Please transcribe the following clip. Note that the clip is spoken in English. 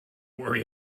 worry